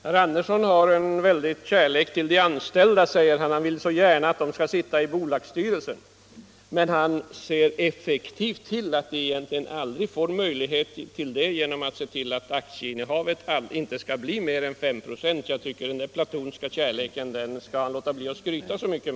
Herr talman! Herr Andersson i Örebro säger att han hyser stark kärlek till de anställda, och han vill gärna att de får sitta med i bolagsstyrelsen. Men herr Andersson ser effektivt till att de anställda egentligen aldrig skall ha någon möjlighet till det, därför att aktieinnehavet inte får bli mer än 5 96. Jag tycker därför inte att herr Andersson skall skryta så mycket med den platoniska kärleken.